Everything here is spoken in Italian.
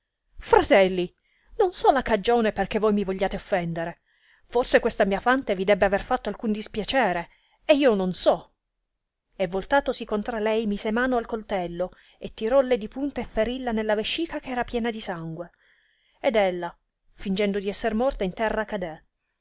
fratelli non so la cagione perchè voi mi vogliate offendere forse questa mia fante vi debbe aver fatto alcuno dispiacere eh io non so e voltatosi contra lei mise mano al coltello e tirolle di punta e ferii la nella vescica che era di sangue piena ed ella fìngendo di esser morta in terra cade